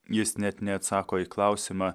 jis net neatsako į klausimą